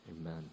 amen